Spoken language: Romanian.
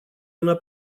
una